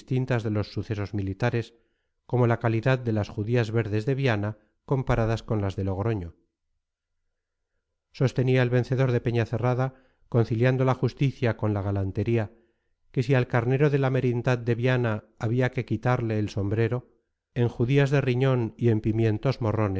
de los sucesos militares como la calidad de las judías verdes de viana comparadas con las de logroño sostenía el vencedor de peñacerrada conciliando la justicia con la galantería que si al carnero de la merindad de viana había que quitarle el sombrero en judías de riñón y en pimientos morrones